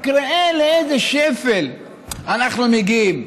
רק ראה לאיזה שפל אנחנו מגיעים.